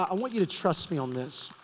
i want you to trust me on this.